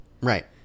Right